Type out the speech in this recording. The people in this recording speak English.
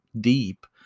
deep